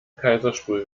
kaiserstuhl